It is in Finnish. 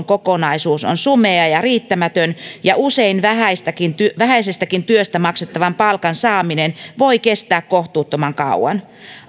kokonaisuus on sumea ja riittämätön ja usein vähäisestäkin vähäisestäkin työstä maksettavan palkan saaminen voi kestää kohtuuttoman kauan